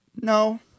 no